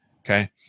Okay